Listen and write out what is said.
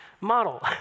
model